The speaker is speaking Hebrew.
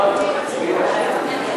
הצעת ועדת העבודה,